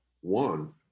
one